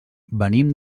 venim